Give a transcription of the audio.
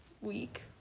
week